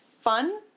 fun